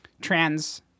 trans